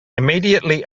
immediately